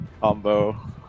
combo